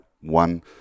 one